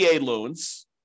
loans